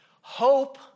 hope